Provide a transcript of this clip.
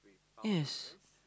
yes